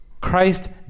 Christ